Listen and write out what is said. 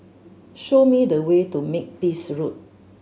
show me the way to Makepeace Road